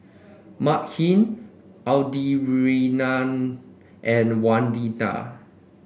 Makhi Audrianna and Wanita